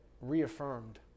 reaffirmed